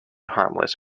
harmless